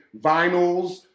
vinyls